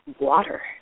water